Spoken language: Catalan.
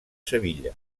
sevilla